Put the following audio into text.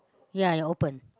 ya you open